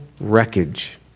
wreckage